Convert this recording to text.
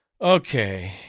Okay